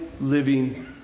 living